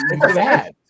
bad